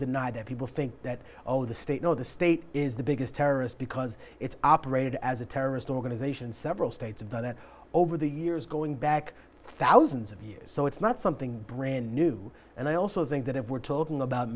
deny that people think that oh the state know the state is the biggest terrorist because it's operated as a terrorist organization several states have done it over the years going back thousands of years so it's not something brand new and i also think that if we're talking about